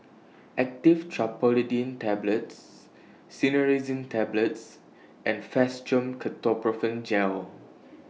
Actifed Triprolidine Tablets Cinnarizine Tablets and Fastum Ketoprofen Gel